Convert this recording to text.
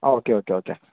uh okay okay okay